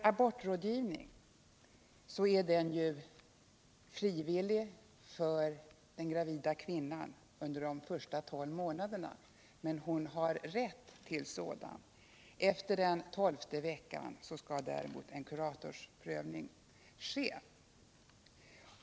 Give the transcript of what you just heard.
Abortrådgivningen är ju frivillig för den gravida kvinnan. Under de första tolv veckorna har hon rätt till abort, men efter den tolfte veckan skall däremot en kuratorsprövning först ske.